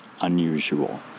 unusual